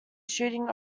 shooting